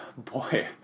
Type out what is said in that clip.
Boy